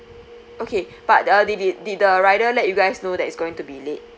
okay but ah did the did the rider let you guys know that it's going to be late